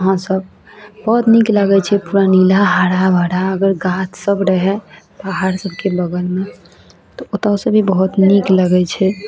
अहाँ सब बहुत नीक लगै छै पूरा नीला हराभरा अगर गाछ सब रहै तऽ त्यौहार सबके लगनमे तऽ ओतऽ से भी बहुत नीक लगै छै